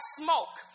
smoke